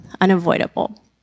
unavoidable